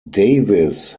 davis